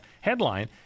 headline